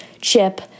chip